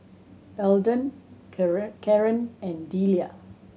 Eldon Caren Caren and Delia